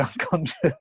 unconscious